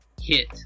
hit